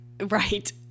Right